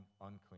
unclean